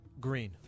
Green